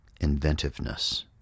inventiveness